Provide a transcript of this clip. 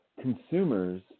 consumers